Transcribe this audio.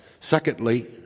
Secondly